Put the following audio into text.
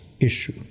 issue